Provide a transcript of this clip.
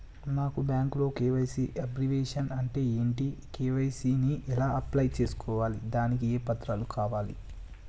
నాకు బ్యాంకులో KYC abbreviation అంటే ఏంటి కే.వై.సీ ని ఎలా అప్లై చేసుకోవాలి దానికి ఏ పత్రాలు కావాలి?